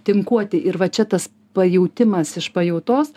tinkuoti ir va čia tas pajautimas iš pajautos